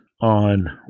on